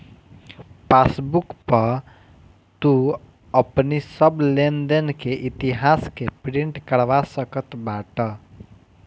passbook पअ तू अपनी सब लेनदेन के इतिहास के प्रिंट करवा सकत बाटअ